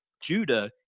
Judah